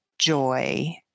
joy